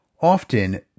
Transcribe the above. Often